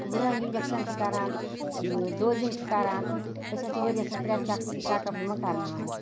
long injection چھِ کَران dosing چھِ کَران أسۍ حظ چھِ ؤریَس منٛز ترٛےٚ چَک چَکَپ یِمَن کَرناوان